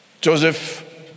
Joseph